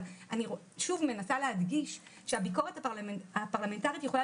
אבל אני שוב מנסה להדגיש שהביקורת הפרלמנטרית יכולה